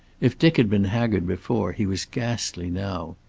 if dick had been haggard before, he was ghastly now.